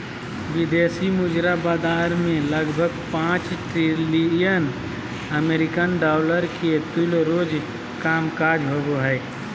विदेशी मुद्रा बाजार मे लगभग पांच ट्रिलियन अमेरिकी डॉलर के तुल्य रोज कामकाज होवो हय